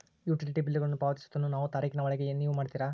Utility ಬಿಲ್ಲುಗಳನ್ನು ಪಾವತಿಸುವದನ್ನು ಯಾವ ತಾರೇಖಿನ ಒಳಗೆ ನೇವು ಮಾಡುತ್ತೇರಾ?